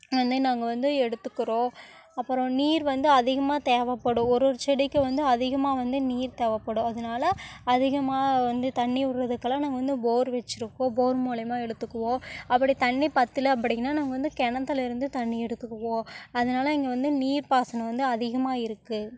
நாங்கள் வந்து எடுத்துக்குறோம் அப்பறம் நீர் வந்து அதிகமாக தேவைப்படும் ஒரு ஒரு செடிக்கும் வந்து அதிகமாக வந்து நீர் தேவைப்படும் அதனால அதிகமாக வந்து தண்ணி விடுறதுக்கெல்லாம் நாங்கள் வந்து போர் வச்சிருக்கோம் போர் மூலமாக இழுத்துக்குவோம் அப்படி தண்ணி பற்றல அப்படின்னா நாங்கள் வந்து கிணத்துல இருந்து தண்ணி எடுத்துக்குவோம் அதனால இங்கே வந்து நீர் பாசனம் வந்து அதிகமாக இருக்குது